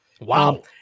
Wow